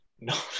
No